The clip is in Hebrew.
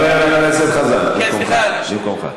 למקומך.